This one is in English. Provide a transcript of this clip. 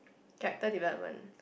character development